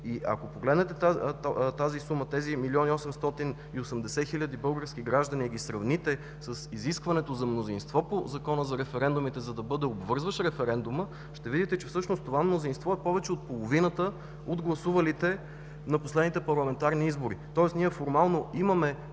Ако погледнете тази цифра, тези 1 млн. 880 хил. български граждани и ги сравните с изискването за мнозинство по Закона за референдумите, за да бъде обвързващ референдумът, ще видите, че всъщност това мнозинство е повече от половината от гласувалите на последните парламентарни избори. Ние формално имаме